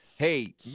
hey